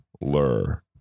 Lur